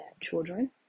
children